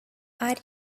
are